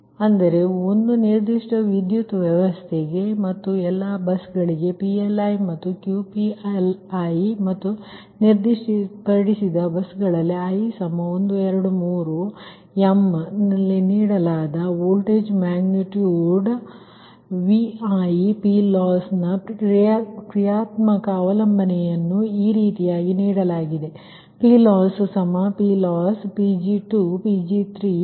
ಆದ್ದರಿಂದ ಅಂದರೆ ಒಂದು ನಿರ್ದಿಷ್ಟ ವಿದ್ಯುತ್ ವ್ಯವಸ್ಥೆಗೆ ಮತ್ತು ಎಲ್ಲಾ ಬಸ್ಗಳಲ್ಲಿ PLi ಮತ್ತು QLi ಮತ್ತು ನಿರ್ದಿಷ್ಟಪಡಿಸಿದ ಬಸ್ಗಳಲ್ಲಿ i 1 2 3m ನಲ್ಲಿ ನೀಡಲಾದ ವೋಲ್ಟೇಜ್ ಮ್ಯಾಗ್ನಿಟ್ಯೂಡ್ Vi PLoss ನ ಕ್ರಿಯಾತ್ಮಕ ಅವಲಂಬನೆಯನ್ನು ಈ ರೀತಿ ನೀಡಲಾಗಿದೆ PLossPLossPg2Pg3Pgm